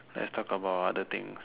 let's talk about other things